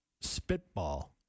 spitball